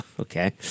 Okay